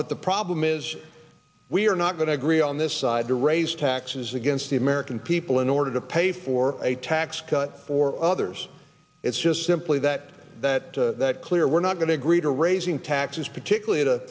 but the problem is we are not going to agree on this side to raise taxes against the american people in order to pay for a tax cut for others it's just simply that that that clear we're not going to agree to raising taxes particularly